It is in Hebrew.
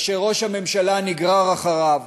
שראש הממשלה נגרר אחריו,